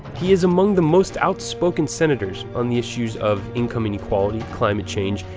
he is among the most outspoken senators on the issues of income inequality, climate change,